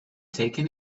taken